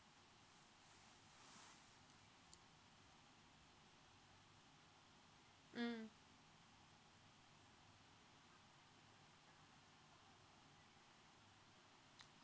mm